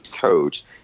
coach